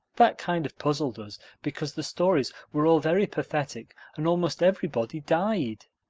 that kind of puzzled us because the stories were all very pathetic and almost everybody died.